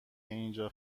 اینجا